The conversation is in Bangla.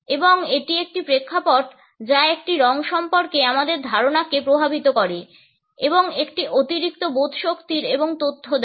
এবং এটি একটি প্রেক্ষাপট যা একটি রঙ সম্পর্কে আমাদের ধারণাকে প্রভাবিত করে এবং একটি অতিরিক্ত বোধশক্তির এবং তথ্য দেয়